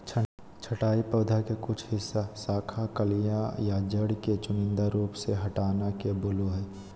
छंटाई पौधा के कुछ हिस्सा, शाखा, कलियां या जड़ के चुनिंदा रूप से हटाना के बोलो हइ